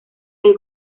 del